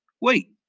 Wait